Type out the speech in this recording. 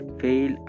fail